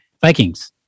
Vikings